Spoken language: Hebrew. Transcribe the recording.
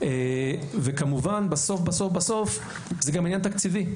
כמובן בסוף זה גם עניין תקציבי.